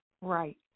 Right